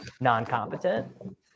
non-competent